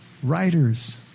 Writers